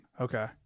okay